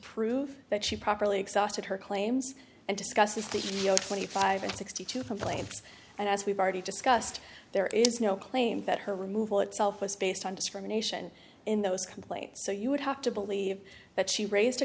prove that she properly exhausted her claims and discusses that you know twenty five and sixty two complaints and as we've already discussed there is no claim that her removal itself was based on discrimination in those complaints so you would have to believe that she raised